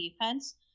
defense